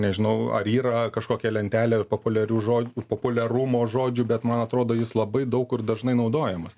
nežinau ar yra kažkokia lentelė ir populiarių žo populiarumo žodžių bet man atrodo jis labai daug kur dažnai naudojamas